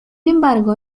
embargo